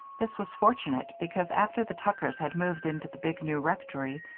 this was fortunate, because, after the tuckers had moved into the big new rectory,